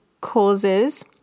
causes